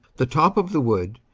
the top of the wood,